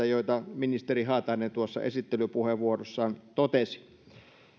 joita ministeri haatainen tuossa esittelypuheenvuorossaan totesi